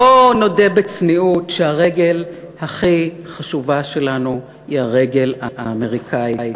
בוא נודה בצניעות שהרגל הכי חשובה שלנו היא הרגל האמריקנית.